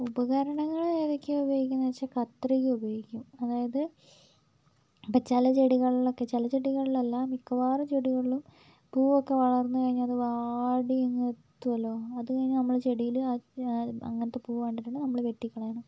ഉപകരണങ്ങൾ ഏതൊക്കെയാണ് ഉപയോഗിക്കുന്നതെന്ന് വെച്ചാൽ കത്രിക ഉപയോഗിക്കും അതായത് ഇപ്പോൾ ചില ചെടികളിലൊക്കെ ചില ചെടികളിലല്ല മിക്കവാറും ചെടികളിലും പൂവൊക്കെ വളർന്നുകഴിഞ്ഞാൽ അത് വാടി അങ്ങ് എത്തുമല്ലോ അത് കഴിഞ്ഞാൽ നമ്മൾ ചെടിയിൽ അത് അങ്ങനത്തെ പൂവ് കണ്ടിട്ടുണ്ടെങ്കിൽ നമ്മൾ വെട്ടിക്കളയണം